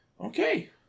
Okay